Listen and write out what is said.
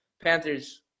Panthers